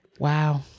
Wow